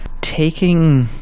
taking